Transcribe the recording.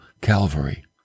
Calvary